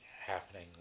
happening